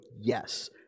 yes